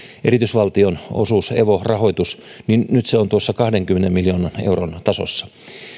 erityisvaltio osuus evo rahoitus niin nyt se on kahdenkymmenen miljoonan euron tasossa